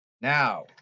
Now